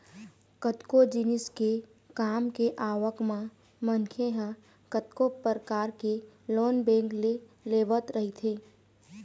कतको जिनिस के काम के आवक म मनखे ह कतको परकार के लोन बेंक ले लेवत रहिथे